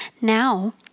now